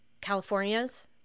California's